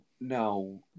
no